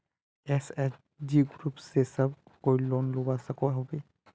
SHG group से सब कोई लोन लुबा सकोहो होबे?